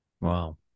Wow